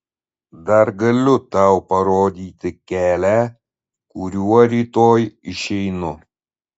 dar galiu tau parodyti kelią kuriuo rytoj išeinu